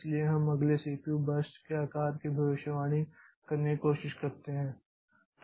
इसलिए हम अगले सीपीयू बर्स्ट के आकार की भविष्यवाणी करने की कोशिश करते हैं